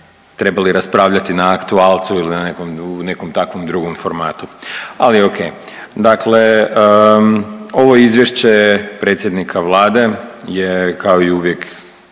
trebali raspravljati na aktualcu ili u nekom takvom drugom formatu. Ali o.k. Dakle, ovo izvješće predsjednika Vlade je kao i uvijek